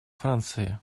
франции